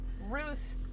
Ruth